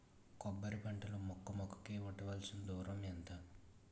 కొబ్బరి పంట లో మొక్క మొక్క కి ఉండవలసిన దూరం ఎంత